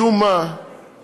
משום מה פתאום,